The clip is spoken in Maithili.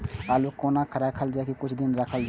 आलू के कोना राखल जाय की कुछ दिन रह जाय?